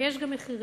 ויש גם מחירים.